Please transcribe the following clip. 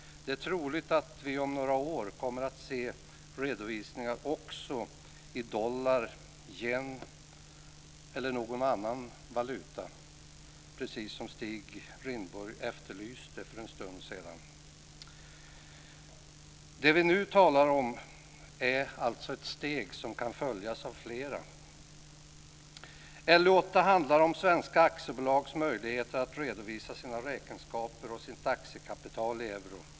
Det är troligt att vi om några år kommer att se redovisningar också i dollar och yen eller någon annan valuta, precis som Stig Rindborg efterlyste. Det som vi nu talar om är alltså ett steg som kan följas av flera. Lagutskottets betänkande 8 handlar om svenska aktiebolags möjligheter att redovisa sina räkenskaper och sitt aktiekapital i euro.